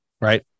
right